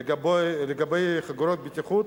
לגבי חגורות בטיחות,